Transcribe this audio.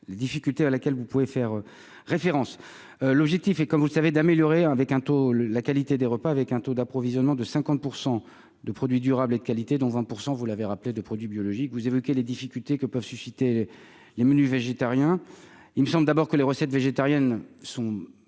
les difficultés à laquelle vous pouvez faire référence l'objectif et comme vous le savez, d'améliorer, avec un taux le la qualité des repas avec un taux d'approvisionnement de 50 % de produits durables et de qualité, dont 20 % vous l'avez rappelé de produits biologiques, vous évoquez les difficultés que peuvent susciter les menus végétariens, il me semble d'abord que les recettes végétariennes sont